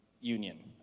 Union